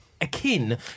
akin